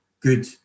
good